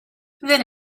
then